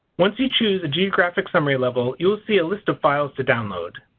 once you choose a geographic summary level you will see a list of files to download.